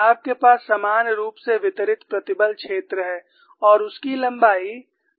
आपके पास समान रूप से वितरित प्रतिबल क्षेत्र है और उसकी लंबाई 2 c और a है